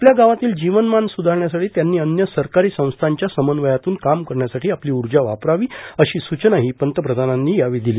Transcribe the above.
आपल्या गावातील जीवनमान स्रधारण्यासाठी त्यांनी अव्य सरकारी संस्थांच्या समन्वयातून काम करण्यासाठी आपली ऊर्जा वापरावी अशी सूचनाही त्यांनी दिली